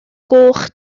goch